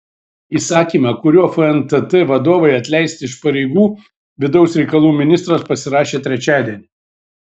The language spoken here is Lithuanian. įsakymą kuriuo fntt vadovai atleisti iš pareigų vidaus reikalų ministras pasirašė trečiadienį